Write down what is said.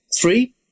three